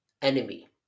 Enemy